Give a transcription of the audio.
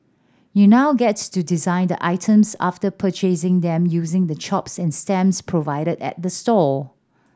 you now get to design the items after purchasing them using the chops and stamps provided at the store